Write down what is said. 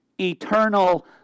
Eternal